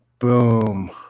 Boom